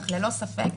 אך ללא ספק,